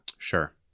Sure